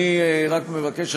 אני רק מבקש,